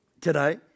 today